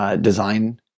design